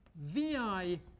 vi